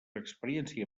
experiència